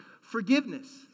forgiveness